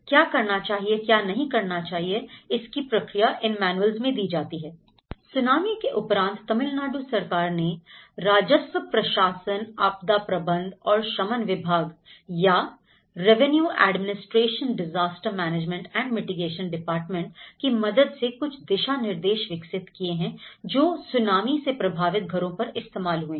क्या करना चाहिए क्या नहीं करना चाहिए इसकी प्रक्रिया इन मैनुएल्स में दी जाती है सुनामी के उपरांत तमिलनाडु सरकार ने राजस्व प्रशासन आपदा प्रबंधन और शमन विभाग या revenue administration disaster management and mitigation department की मदद से कुछ दिशा निर्देश विकसित किए हैं जो सुनामी से प्रभावित घरों पर इस्तेमाल हुए हैं